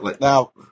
Now